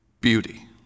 beauty